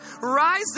rise